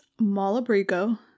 Malabrigo